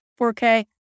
4K